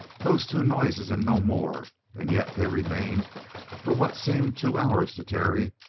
those two noises, and no more, and yet they remained for what seemed two hours to terry,